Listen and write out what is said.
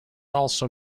also